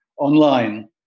online